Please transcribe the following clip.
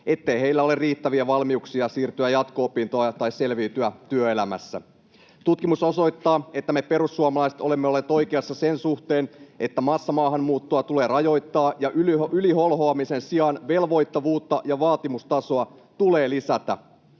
ettei heillä ole riittäviä valmiuksia siirtyä jatko-opintoihin tai selviytyä työelämässä. Tutkimus osoittaa, että me perussuomalaiset olemme olleet oikeassa sen suhteen, että massamaahanmuuttoa tulee rajoittaa ja yliholhoamisen sijaan velvoittavuutta ja vaatimustasoa tulee lisätä.